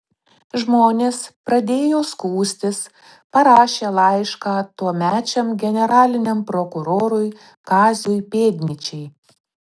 žmonės pradėjo skųstis parašė laišką tuomečiam generaliniam prokurorui kaziui pėdnyčiai